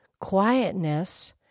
quietness